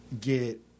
get